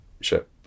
ship